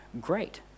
great